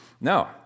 No